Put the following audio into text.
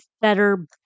Better